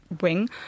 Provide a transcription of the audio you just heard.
wing